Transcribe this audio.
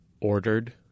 ordered